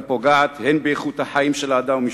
הפוגעת הן באיכות החיים של האדם ומשפחתו,